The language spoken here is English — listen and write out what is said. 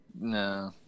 no